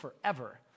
forever